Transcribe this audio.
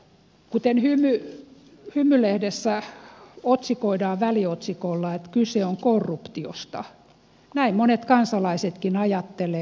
kuten hymy lehdessä otsikoidaan väliotsikolla että kyse on korruptiosta näin monet kansalaisetkin ajattelevat